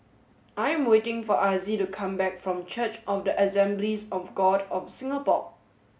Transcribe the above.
I am waiting for Azzie to come back from Church of the Assemblies of God of Singapore